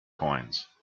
coins